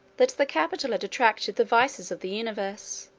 that the capital had attracted the vices of the universe,